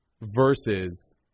versus –